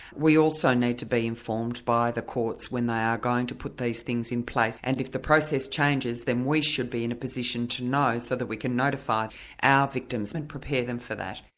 we also need to be informed by the courts when they are going to put these things in place, and if the process changes, then we should be in a position to know so that we can notify our victims and prepare them for that.